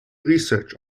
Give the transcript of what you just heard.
research